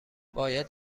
باید